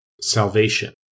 Salvation